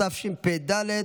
התשפ"ד 2023,